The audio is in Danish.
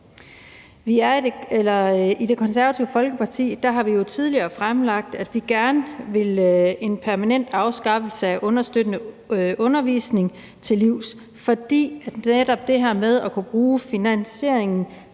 I Det Konservative Folkeparti har vi jo tidligere fremlagt, at vi gerne vil en permanent afskaffelse af understøttende undervisning til livs, fordi netop det her med at kunne bruge finansieringen